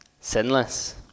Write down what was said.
sinless